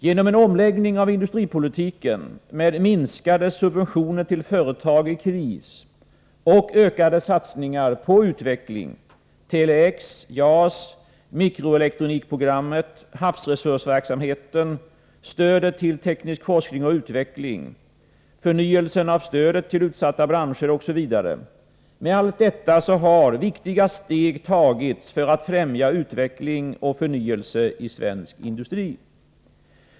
Genom en omläggning av industripolitiken med minskade subventioner till företag i kris och ökad satsning på utveckling — Tele-X, JAS, mikroelektronikprogrammet, havsresursverksamheten, stödet till teknisk forskning och utveckling, förnyelsen av stödet till utsatta branscher osv. — har viktiga steg tagits för att främja utveckling och förnyelse i svensk industri.